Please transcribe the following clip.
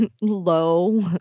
low